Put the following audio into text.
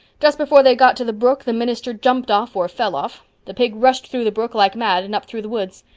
just before they got to the brook the minister jumped off or fell off. the pig rushed through the brook like mad and up through the woods.